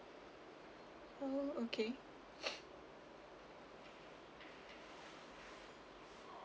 oh okay